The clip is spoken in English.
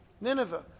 Nineveh